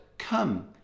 Come